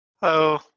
Hello